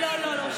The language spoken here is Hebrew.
לא אמרתי לך.